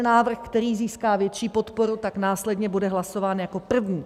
Návrh, který získá větší podporu, následně bude hlasován jako první.